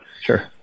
Sure